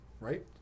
right